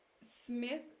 Smith